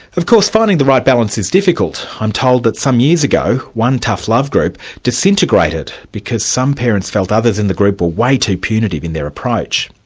of course finding the right balance is difficult. i'm told that some years ago one tough love group disintegrated because some parents felt others in the group were way too punitive in their approach.